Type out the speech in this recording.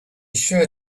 sure